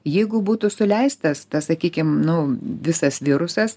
jeigu būtų suleistas tas sakykim nu visas virusas